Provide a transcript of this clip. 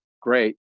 great